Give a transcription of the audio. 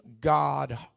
God